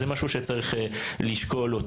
זה משהו שצריך לשקול.